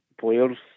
players